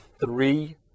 three